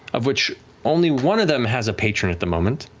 of which only one of them has a patron, at the moment.